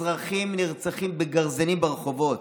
אזרחים נרצחים בגרזינים ברחובות.